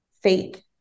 fake